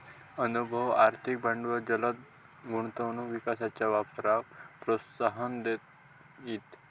अनुभव, आर्थिक भांडवल जलद गुंतवणूक विकासाच्या वापराक प्रोत्साहन देईत